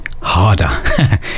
harder